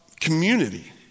community